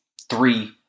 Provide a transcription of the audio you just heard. three